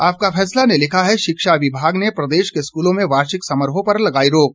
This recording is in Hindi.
आपका फैसला ने लिखा है शिक्षा विभाग ने प्रदेश के स्कूलों में वार्षिक समारोहों पर लगाई रोक